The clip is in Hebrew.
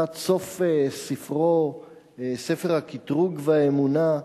בספרו "ספר הקטרוג והאמונה"